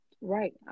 Right